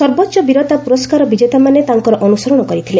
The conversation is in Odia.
ସର୍ବୋଚ୍ଚ ବୀରତା ପୁରସ୍କାର ବିଜେତାମାନେ ତାଙ୍କର ଅନ୍ଦସରଣ କରିଥିଲେ